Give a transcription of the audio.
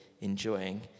enjoying